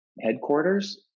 headquarters